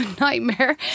nightmare